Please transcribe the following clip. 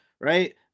right